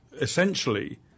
essentially